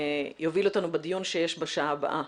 שיוביל אותנו בדיון שיהיה בשעה הבאה,